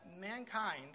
mankind